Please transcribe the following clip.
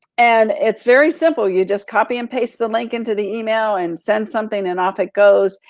and it's very simple. you just copy and paste the link into the email and send something and off it goes.